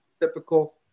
typical